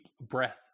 breath